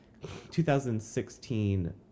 2016